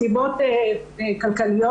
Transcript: מסיבות תקציביות,